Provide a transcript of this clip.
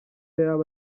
yaba